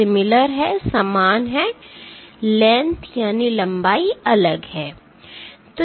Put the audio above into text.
तो यह क्या करता है